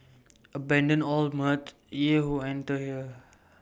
abandon all mirth ye who enter here